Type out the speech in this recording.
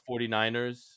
49ers